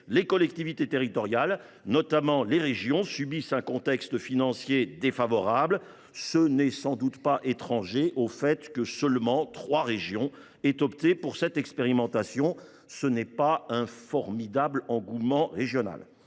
les collectivités territoriales, notamment les régions, subissent un contexte financier défavorable qui n’est sans doute pas étranger au fait que seulement trois régions aient opté pour cette expérimentation. Nous sommes loin d’un formidable engouement régional.